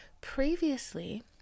Previously